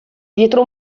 dietro